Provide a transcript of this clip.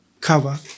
cover